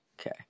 Okay